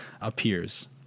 appears